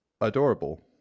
adorable